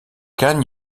kan